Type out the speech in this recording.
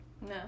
no